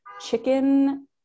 chicken